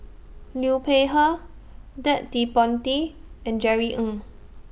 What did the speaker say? Liu Peihe Ted De Ponti and Jerry Ng